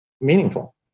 meaningful